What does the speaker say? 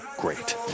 great